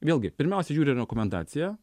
vėlgi pirmiausia žiūri rekomendaciją